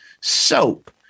Soap